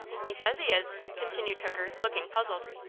he says he is, continued hooker, looking puzzled.